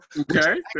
Okay